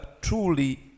truly